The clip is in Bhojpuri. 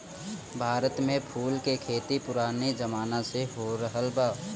भारत में फूल के खेती पुराने जमाना से होरहल बा